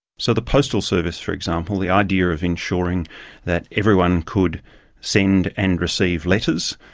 so the postal service, for example, the idea of ensuring that everyone could send and receive letters,